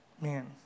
Man